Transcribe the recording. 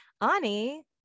Ani